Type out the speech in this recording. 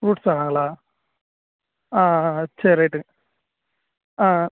fruits வேணாங்களா சரி ரைட்டுங்க ஆ